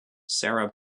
sara